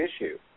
issue